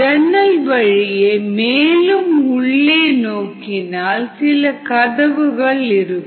ஜன்னல் வழியே மேலும் உள்ளே நோக்கினால் சில கதவுகள் இருக்கும்